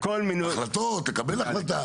יש, בכל מינוי --- החלטות, לקבל החלטה.